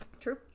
True